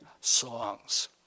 songs